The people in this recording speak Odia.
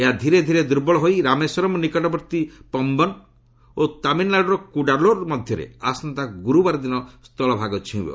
ଏହା ଧୀରେ ଧୀରେ ଦୁର୍ବଳ ହୋଇ ରାମେଶ୍ୱରମ ନିକଟବର୍ତ୍ତୀ ପମ୍ଘନ ଓ ତାମିଲନାଡୁର କୁଡାଲୋର ମଧ୍ୟରେ ଆସନ୍ତା ଗୁରୁବାର ଦିନ ସ୍ଥଳଭାଗ ଛୁଇଁବ